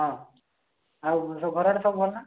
ହଁ ଆଉ ସବୁ ଘର ଆଡ଼େ ସବୁ ଭଲ ନା